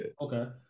Okay